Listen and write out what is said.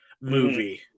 movie